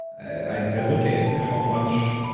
i i look at how much